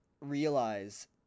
realize